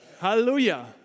Hallelujah